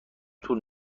طول